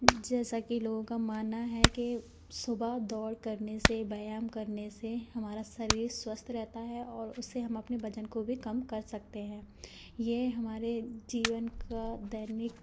जैसा कि लोगों का मानना है कि सुबह दौड़ करने से व्यायाम करने से हमारा शरीर स्वस्थ रहता है और उससे हम अपने वज़न को भी कम कर सकते हैं यह हमारे जीवन का दैनिक